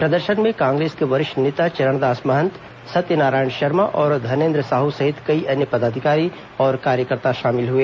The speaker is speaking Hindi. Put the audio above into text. प्रदर्शन में कांग्रेस के वरिष्ठ नेता चरणदास महंत सत्यनारायण शर्मा और धनेंद्र साहू सहित कई अन्य पदाधिकारी और कार्यकर्ता शामिल हुए